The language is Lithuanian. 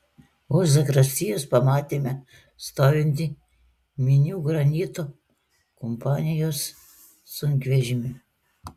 už zakristijos pamatėme stovintį minių granito kompanijos sunkvežimį